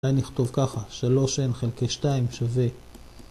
נכתוב ככה 3n חלקי 2 שווה